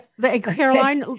Caroline